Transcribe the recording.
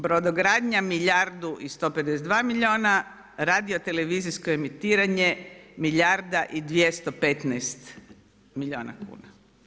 Brodogradnja milijardu i 152 milijuna, radio-televizijsko emitiranje milijarda i 215 milijuna kuna.